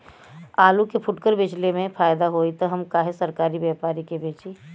आलू के फूटकर बेंचले मे फैदा होई त हम काहे सरकारी व्यपरी के बेंचि?